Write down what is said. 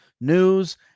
news